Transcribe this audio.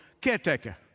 caretaker